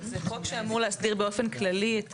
זה חוק שאמור להסדיר באופן כללי את